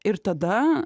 ir tada